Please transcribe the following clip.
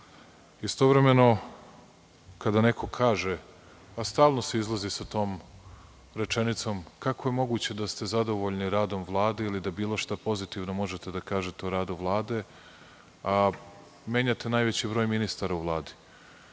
periodu. Istovremeno, kada neko kaže, a stalno se izlazi sa tom rečenicom – kako je moguće da ste zadovoljni radom Vlade ili da bilo šta pozitivno možete da kažete o radu Vlade, a menjate najveći broj ministara u Vladi?